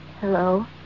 Hello